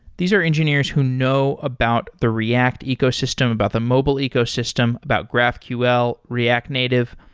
these are engineers who know about the react ecosystem, about the mobile ecosystem, about graphql, react native.